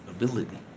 ability